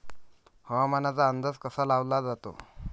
हवामानाचा अंदाज कसा लावला जाते?